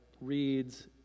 reads